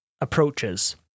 approaches